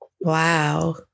Wow